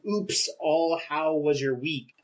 oops-all-how-was-your-week